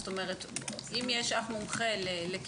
זאת אומרת: אם יש אח מומחה לכאב,